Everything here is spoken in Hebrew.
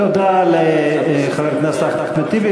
תודה לחבר הכנסת אחמד טיבי.